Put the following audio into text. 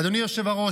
אדוני היושב-ראש,